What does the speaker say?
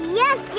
yes